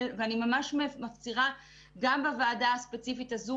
ואני ממש מפצירה גם בוועדה הספציפית הזו